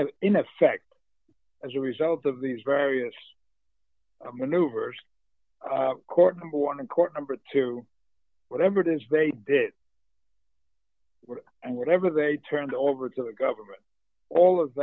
know in effect as a result of these various maneuvers court number one in court number two whatever it is they did and whatever they turned over to the government all of